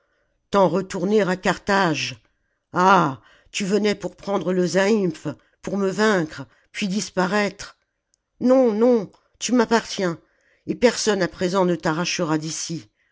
t'en retourner à carthage ah tu venais pour prendre le zaïmph pour me vaincre puis disparaître non non tu m'appartiens et personne à présent ne t'arrachera d'ici